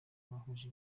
bahuje